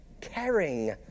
caring